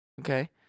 Okay